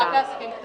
רק על עסקים קטנים.